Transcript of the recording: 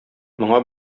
моңа